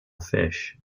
fish